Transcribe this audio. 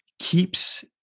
keeps